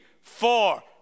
four